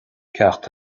ceacht